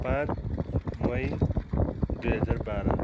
पाँच मई दुई हजार बाह्र